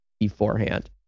beforehand